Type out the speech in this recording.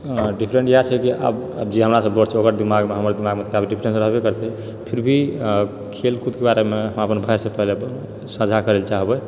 different इएह छै कि आब आब जे हमरासँ बड़ छै ओकर दिमाग मऽ हमर दिमागमे काफी डिफरेन्स तऽ रहबे करतै फिर भी आ खेल कूद कऽ बारेमे हम अपन भाइसँ पहिले साझा करै लऽ चाहबै